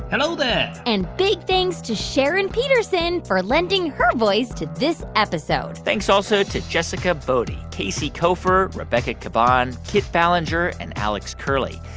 hello there and big thanks to sharon peterson for lending her voice to this episode thanks also to jessica boddy, casey koeffer, rebecca caban, kit ballenger and alex curley.